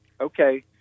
okay